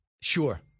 sure